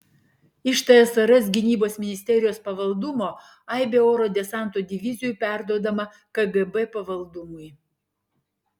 iš tsrs gynybos ministerijos pavaldumo aibė oro desanto divizijų perduodama kgb pavaldumui